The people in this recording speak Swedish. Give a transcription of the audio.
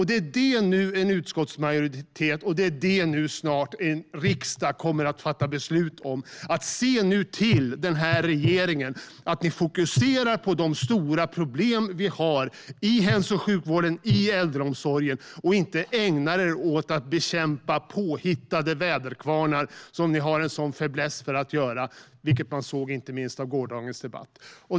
Det är detta som en utskottsmajoritet nu lägger fram förslag om och som snart en riksdag kommer att fatta beslut om: Se nu till att ni i regeringen fokuserar på de stora problem vi har i hälso och sjukvården och i äldreomsorgen! Gör det i stället för att ägna er åt att bekämpa påhittade väderkvarnar som ni har en sådan fäbless för att göra, vilket man hörde inte minst i gårdagens debatt!